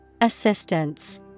Assistance